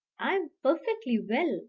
i am perfectly well,